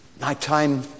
Nighttime